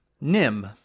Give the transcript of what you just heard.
Nim